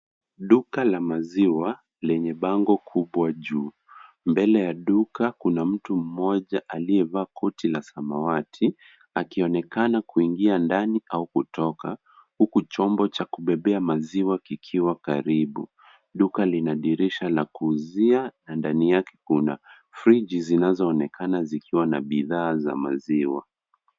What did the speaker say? Duka la maziwa lenye bango kubwa juu. Mbele ya duka kuna mtu mmoja aliyevaa koti la samawati akionekana kuingia ndani au kutoka huku chombo cha kubebea maziwa kikiwa karibu. Duka lina dirisha la kuuzia na ndani yake kuna friji zinazoonekana zikiwa na bidhaa za maziwa.